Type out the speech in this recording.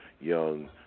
young